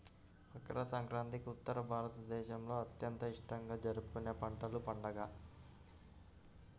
మకర సంక్రాంతి ఉత్తర భారతదేశంలో అత్యంత ఇష్టంగా జరుపుకునే పంటల పండుగ